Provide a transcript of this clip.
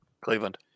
Cleveland